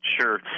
Sure